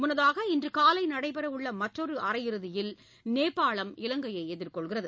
முன்னதாக இன்றுகாலை நடைபெற உள்ள மற்றொரு அரையிறுதியில் நேபாளம் இலங்கையை எதிர்கொள்கிறது